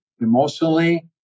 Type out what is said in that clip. emotionally